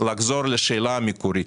לחזור לשאלה המקורית.